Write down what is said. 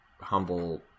humble